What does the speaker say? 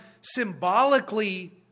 symbolically